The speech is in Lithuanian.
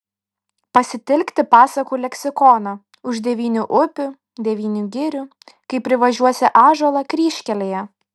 pasitelkti pasakų leksikoną už devynių upių devynių girių kai privažiuosi ąžuolą kryžkelėje